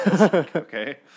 Okay